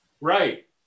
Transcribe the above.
Right